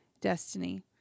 destiny